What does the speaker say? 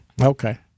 Okay